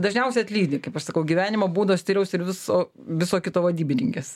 dažniausia atlydi kaip aš sakau gyvenimo būdo stiliaus ir viso viso kito vadybininkės